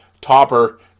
Topper